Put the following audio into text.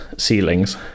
ceilings